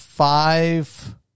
Five